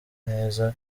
neza